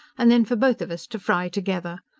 and then for both of us to fry together!